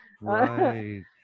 Right